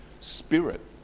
spirit